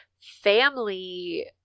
family